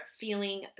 feeling